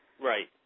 Right